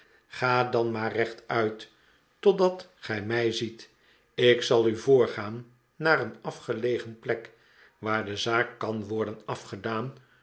ga dan maar rechtuit r totdat gij mij ziet ik zal u voorgaan naar een afgelegen plek waar de zaak kan worden afgedaan